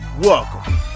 Welcome